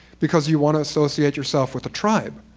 because you want to associate yourself with a tribe.